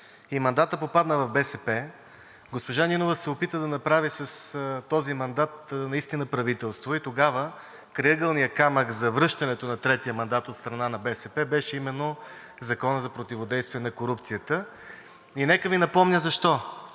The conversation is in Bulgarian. и мандатът попадна в БСП, госпожа Нинова наистина се опита да направи с този мандат правителство. Тогава крайъгълният камък за връщането на третия мандат от страна на БСП беше именно Законът за противодействие на корупцията. Нека да Ви напомня защо.